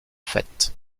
faite